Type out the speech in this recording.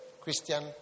Christian